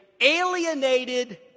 alienated